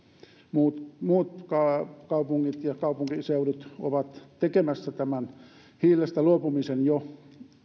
muut kaupungit ja kaupunkiseudut ovat tekemässä tämän hiilestä luopumisen jo